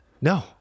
No